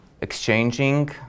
exchanging